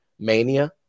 Mania